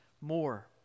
more